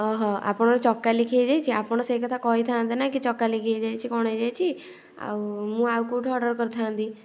ଓହୋ ଆପଣଙ୍କର ଚକା ଲିକ୍ ହେଇ ଯାଇଛି ଆପଣ ସେଇ କଥା କହିଥାନ୍ତେ ନା କି ଚକା ଲିକ୍ ହେଇଯାଇଛି କ'ଣ ହେଇଯାଇଛି ଆଉ ମୁଁ ଆଉ କେଉଁଠି ଅର୍ଡ଼ର କରିଥାନ୍ତି